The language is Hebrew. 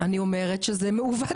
אני אומרת שזה מעוות בעיני.